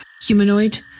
humanoid